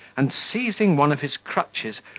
and, seizing one of his crutches,